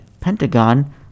Pentagon